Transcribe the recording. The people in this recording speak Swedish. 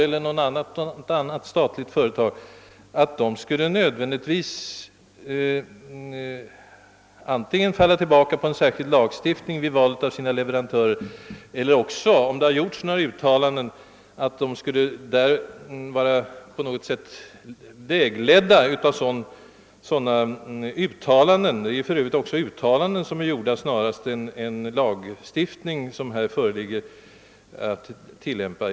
Det är väl inte så att dessa statliga företag antingen måste falla tillbaka på en särskild lagstiftning vid valet av sina leverantörer eller också, om det gjorts några juristuttalanden, nödvändigtvis skall vara vägledda av dessa uttalanden. Det rör sig ju bara om gjorda uttalanden eller tolkningar och icke om en lagstiftning som föreligger färdig att tillämpa.